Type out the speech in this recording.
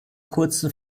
kurzen